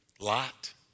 Lot